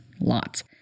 lots